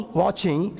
watching